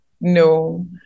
no